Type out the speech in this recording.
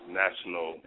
national